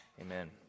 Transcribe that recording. Amen